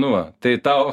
nu va tai tau